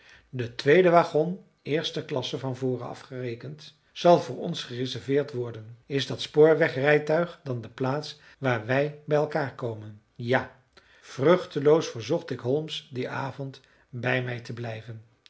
de tweede wagon eerste klasse van voren af gerekend zal voor ons gereserveerd worden is dat spoorwegrijtuig dan de plaats waar wij bij elkaar komen ja vruchteloos verzocht ik holmes dien avond bij mij te blijven